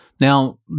Now